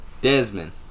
Desmond